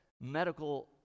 medical